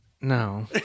No